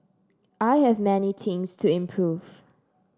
I have many things to improve